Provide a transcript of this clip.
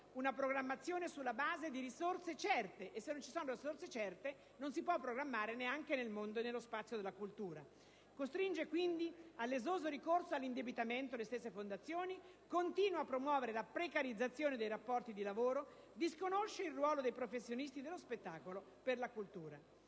una programmazione sulla base di risorse certe e, in assenza di risorse certe, non si può programmare neanche nel mondo e nello spazio della cultura. Costringe quindi le fondazioni all'esoso ricorso all'indebitamento, continua a promuovere la precarizzazione dei rapporti di lavoro, disconosce il ruolo dei professionisti dello spettacolo e della cultura.